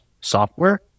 software